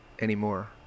anymore